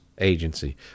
agency